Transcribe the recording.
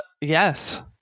yes